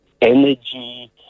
energy